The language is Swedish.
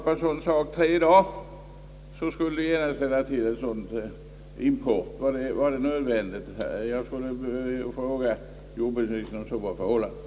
På tre dagar skulle regeringen ställa till en sådan import! Var det nödvändigt? Jag skulle vilja fråga jordbruksministern om så var förhållandet.